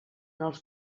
els